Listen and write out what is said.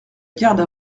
garde